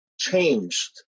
changed